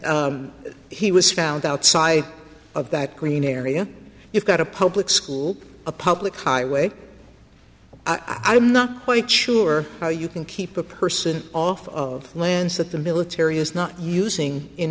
and he was found outside of that green area you've got a public school a public highway i'm not quite sure how you can keep a person off of lands that the military is not using in